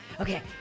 Okay